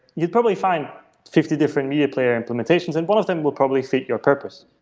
you'd probably find fifty different media player implementations and one of them will probably fit your purpose.